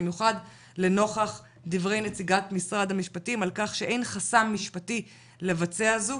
במיוחד לנוכח דברי נציגת משרד המשפטים על כך שאין חסם משפטי לבצע זאת.